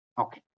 okay